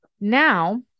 Now